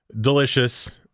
Delicious